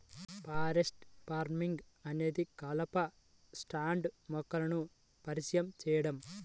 forest farming అనేది కలప స్టాండ్లో మొక్కలను పరిచయం చేయడం